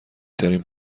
ترین